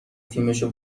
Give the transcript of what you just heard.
تیمشو